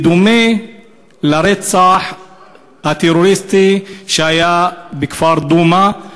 בדומה לרצח הטרוריסטי שהיה בכפר דומא.